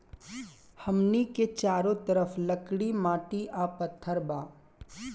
हमनी के चारो तरफ लकड़ी माटी आ पत्थर बा